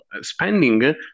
spending